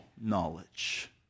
knowledge